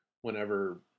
whenever